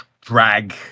drag